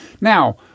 Now